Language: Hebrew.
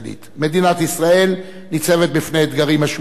מדינת ישראל ניצבת בפני אתגרים משמעותיים,